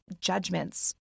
judgments